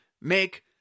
make